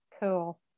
cool